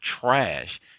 trash